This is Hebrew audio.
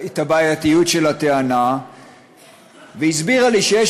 הבעייתיות של הטענה והסבירה לי שיש